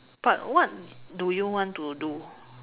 but what do you want to do